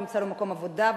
הוא ימצא לו מקום עבודה,